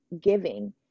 giving